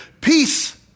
Peace